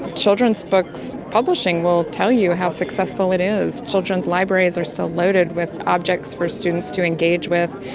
children's books publishing will tell you how successful it is. children's libraries are still loaded with objects for students to engage with.